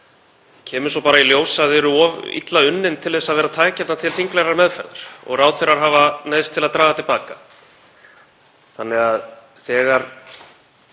Þannig að þegar